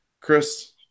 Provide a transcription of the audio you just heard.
Chris